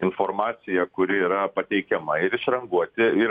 informaciją kuri yra pateikiama ir išranguoti ir